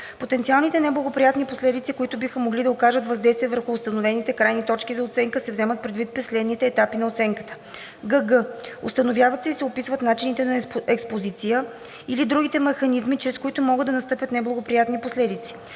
Потенциалните неблагоприятни последици, които биха могли да окажат въздействие върху установените крайни точки за оценка, се вземат предвид при следващите етапи на оценката; гг) установяват се и се описват начините на експозиция или другите механизми, чрез които могат да настъпят неблагоприятни последици.